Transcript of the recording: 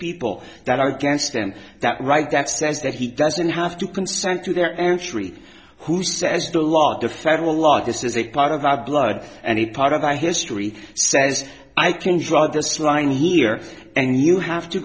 people that are against him that right that says that he doesn't have to consent to their entry who says the law the federal law this is a part of our blood and it part of our history says i can draw this line here and you have to